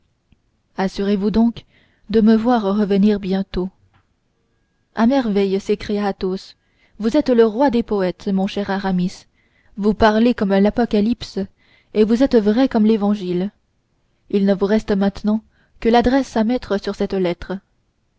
assurez-vous donc de me voir revenir bientôt à merveille s'écria athos vous êtes le roi des poètes mon cher aramis vous parlez comme l'apocalypse et vous êtes vrai comme l'évangile il ne vous reste maintenant que l'adresse à mettre sur cette lettre